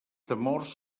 temors